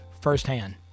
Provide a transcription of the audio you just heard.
firsthand